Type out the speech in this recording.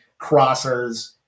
crossers